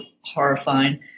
horrifying